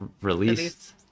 released